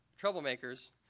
troublemakers